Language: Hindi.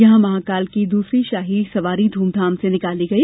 यहां महाकाल की दूसरी शाही सवारी ध्रमधाम से निकाली गई